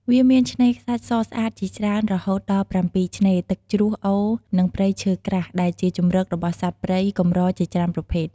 វាមាន ឆ្នេរខ្សាច់សស្អាតជាច្រើន រហូតដល់ ៧ ឆ្នេរ ទឹកជ្រោះ អូរ និងព្រៃឈើក្រាស់ ដែលជាជម្រករបស់សត្វព្រៃកម្រជាច្រើនប្រភេទ។